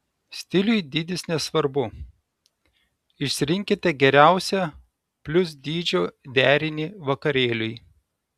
stiliui dydis nesvarbu išrinkite geriausią plius dydžio derinį vakarėliui